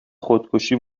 خودکشی